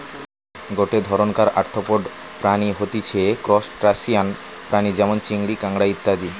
গটে ধরণকার আর্থ্রোপড প্রাণী হতিছে ত্রুসটাসিয়ান প্রাণী যেমন চিংড়ি, কাঁকড়া ইত্যাদি